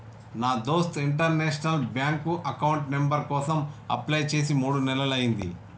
నా దోస్త్ international bank account number కోసం అప్లై చేసి మూడు నెలలయ్యింది